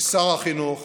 כשר החינוך